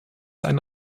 eine